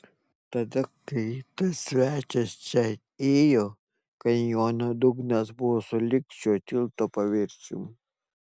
tada kai tas svečias čia ėjo kanjono dugnas buvo sulig šio tilto paviršium